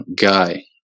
guy